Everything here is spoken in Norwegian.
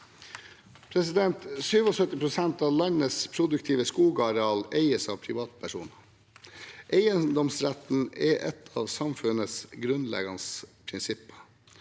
positiv utvikling. Av landets produktive skogareal eies 77 pst. av privatpersoner. Eiendomsretten er et av samfunnets grunnleggende prinsipper,